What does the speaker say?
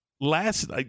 last